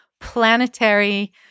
planetary